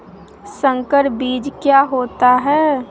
संकर बीज क्या होता है?